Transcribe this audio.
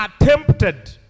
attempted